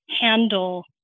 handle